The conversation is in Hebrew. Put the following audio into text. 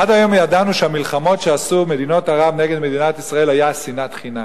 עד היום ידענו שהמלחמות שעשו מדינות ערב נגד מדינת ישראל היו שנאת חינם,